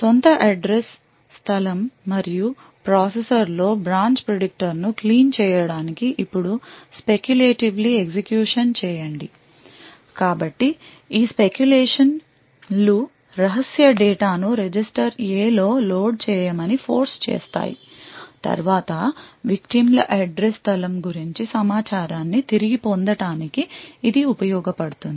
సొంత అడ్రస్ స్థలం మరియు ప్రాసెసర్లోని బ్రాంచ్ ప్రిడిక్టర్ను క్లీన్ చేయడానికి ఇప్పుడు స్పెకులేటివ్లీ ఎగ్జిక్యూషన్ చేయండి కాబట్టి ఈ స్పెక్యులేషన్ లు రహస్య డేటా ను రిజిస్టర్ A లో లోడ్ చేయమని ఫోర్స్ చేస్తాయి తరువాత విక్టిమ్ ల అడ్రస్ స్థలం గురించి సమాచారాన్ని తిరిగి పొందటానికి ఇది ఉపయోగపడుతుంది